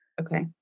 Okay